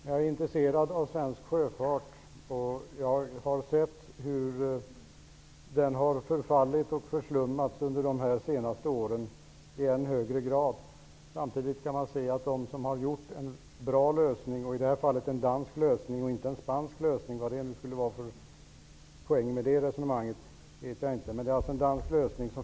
Jag är intresserad av svensk sjöfart, och jag har sett hur den har förfallit och förslummats i än högre grad under de senaste åren. Jag förstår inte poängen med resonemanget om en dansk eller spansk lösning. I det här fallet var det en dansk lösning.